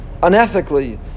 unethically